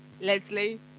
Leslie